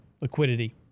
liquidity